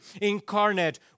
incarnate